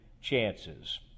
chances